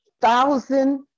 thousand